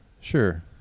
Sure